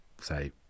say